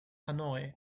hanoi